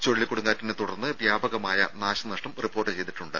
ചുഴലി കൊടുങ്കാറ്റിനെ തുടർന്ന് വ്യാപകമായ നാശനഷ്ടം റിപ്പോർട്ട് ചെയ്തിട്ടുണ്ട്